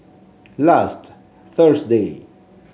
last Thursday